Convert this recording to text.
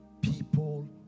people